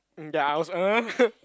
um ya I was uh